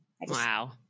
Wow